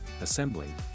assembling